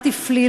והמזל"ט הפליל.